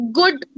good